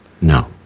No